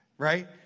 Right